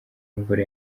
imvura